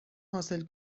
حاصل